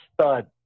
stud